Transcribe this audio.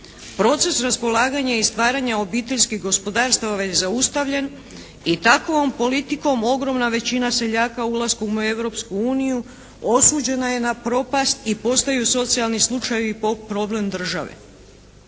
Proces raspolaganja i stvaranja obiteljskih gospodarstava već zaustavljen i takovom politikom ogromna većina seljaka ulaskom u Europsku uniju osuđena je na propast i postaju socijalni slučajevi problem države.